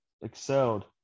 excelled